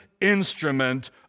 instrument